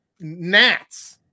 gnats